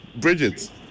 Bridget